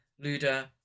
Luda